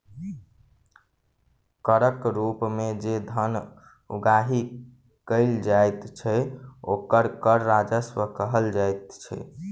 करक रूप मे जे धन उगाही कयल जाइत छै, ओकरा कर राजस्व कहल जाइत छै